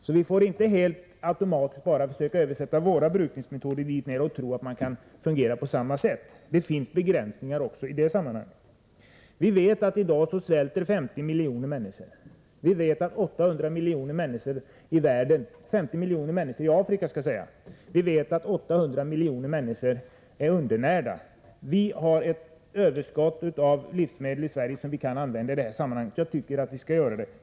Vi får således inte bara helt automatiskt försöka tillämpa våra brukningsmetoder där nere och tro att de fungerar på samma sätt där. Det finns begränsningar även i det sammanhanget. Vi vet att 50 miljoner människor i Afrika svälter i dag. Vi vet att 800 miljoner människor i världen är undernärda. I Sverige finns det ett överskott av livsmedel som vi kunde använda i detta sammanhang, och jag tycker att vi skall göra det.